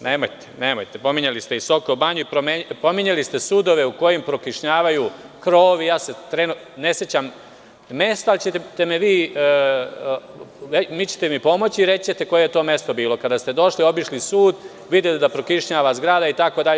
Nemojte, pominjali ste i Soko Banju i pominjali ste sudove u kojim prokišnjavaju krovovi trenutno se ne sećam mesta, ali vi ćete mi pomoći i reći ćete koje je to mesto bilo kada ste došli obišli sud, videli da prokišnjava zgrada itd.